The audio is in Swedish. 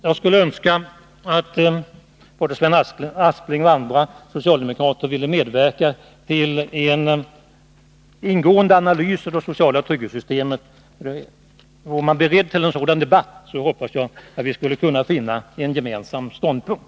Jag skulle önska att Sven Aspling och andra socialdemokrater ville medverka till en ingående analys av det sociala trygghetssystemet. Vore man beredd till en sådan debatt skulle vi, hoppas jag, kunna finna en gemensam ståndpunkt.